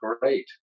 Great